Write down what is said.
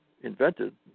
invented